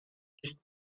ist